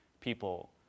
people